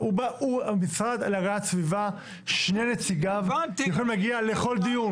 המשרד להגנת הסביבה שני נציגיו יכולים להגיע לכל דיון.